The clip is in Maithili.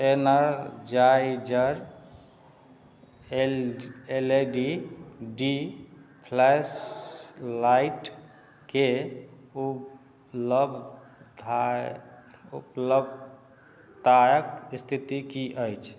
Energizer L L A D D flash लाइटके उपलता उपलब्धताके इस्थिति कि अछि